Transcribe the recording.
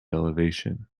elevation